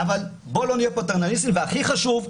אבל בוא לא נהיה פטרנליסטים, והכי חשוב,